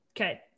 Okay